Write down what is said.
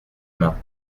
mains